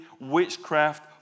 witchcraft